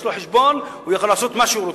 יש לו חשבון, והוא יכול לעשות מה שהוא רוצה.